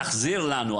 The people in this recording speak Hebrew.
תחזיר לנו.